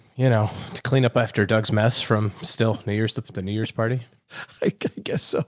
you know, to clean up after doug's mess from still new years to put the new year's party, i guess. ah